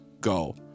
go